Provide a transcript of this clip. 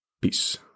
Peace